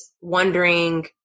wondering